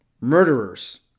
murderers